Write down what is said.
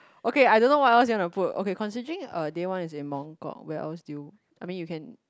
okay I don't know what else you wanna put okay considering day one is in Mong kok where else do you I mean you can